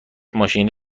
ماشین